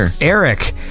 Eric